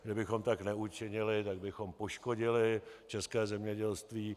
Kdybychom tak neučinili, tak bychom poškodili české zemědělství.